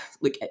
look